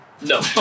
No